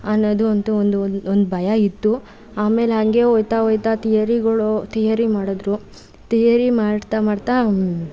ಅನ್ನೋದು ಅಂತೂ ಒಂದು ಒಂದು ಒಂದು ಭಯ ಇತ್ತು ಆಮೇಲೆ ಹಂಗೇ ಹೋಗ್ತಾ ಹೋಗ್ತಾ ಥಿಯರಿಗಳು ಥಿಯರಿ ಮಾಡಿದರು ಥಿಯರಿ ಮಾಡ್ತಾ ಮಾಡ್ತಾ